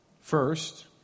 First